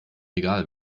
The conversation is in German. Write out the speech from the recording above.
egal